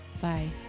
Bye